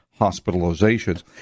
hospitalizations